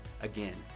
Again